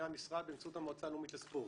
המשרד באמצעות המועצה הלאומית לספורט,